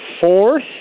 fourth